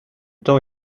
temps